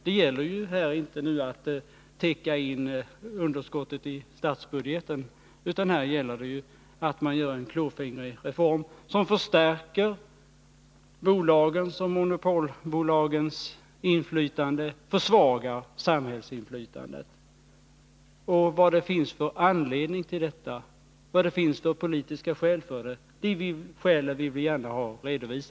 Det gäller ju inte här att täcka in underskottet i statsbudgeten, utan det är en klåfingrig reform, som förstärker monopolbolagens inflytande och försvagar samhällsinflytandet. Vi vill gärna ha en redovisning av vad det finns för politiska skäl till förändringarna.